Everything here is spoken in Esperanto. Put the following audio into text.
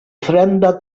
fremda